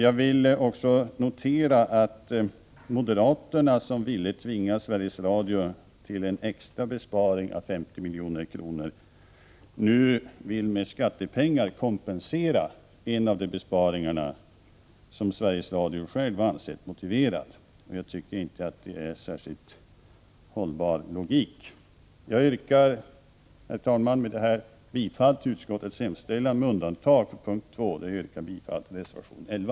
Jag vill också notera att moderaterna, som ville tvinga Sveriges Radio till en extra besparing på 50 milj.kr., nu vill med skattepengar kompensera en av de besparingar som man inom Sveriges radio själv ansett motiverad. Jag tycker inte att logiken i detta är särskilt hållbar. Herr talman! Med detta yrkar jag bifall till utskottets hemställan med undantag för punkt 2, där jag yrkar bifall till reservation 11.